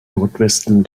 nordwesten